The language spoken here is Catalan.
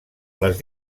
les